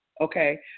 Okay